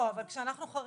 לא חייב.